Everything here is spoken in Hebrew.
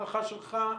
להערכה שלך?